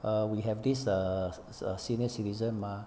err we have this err se~ senior citizen mah